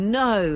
no